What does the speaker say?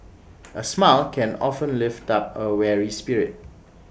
A smile can often lift up A weary spirit